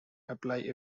apply